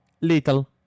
little